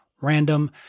random